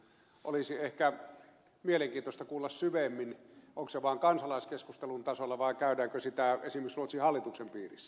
olisi ehkä mielenkiintoista kuulla syvemmin onko se vain kansalaiskeskustelun tasolla vai käydäänkö sitä esimerkiksi ruotsin hallituksen piirissä